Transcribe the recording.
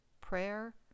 prayer